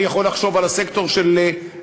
אני יכול לחשוב על הסקטור של השמאל,